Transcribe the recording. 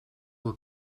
will